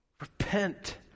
Repent